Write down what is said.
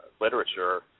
literature